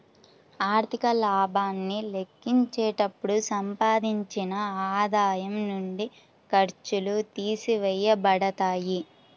ఆర్థిక లాభాన్ని లెక్కించేటప్పుడు సంపాదించిన ఆదాయం నుండి ఖర్చులు తీసివేయబడతాయి